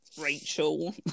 Rachel